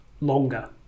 longer